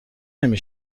نمی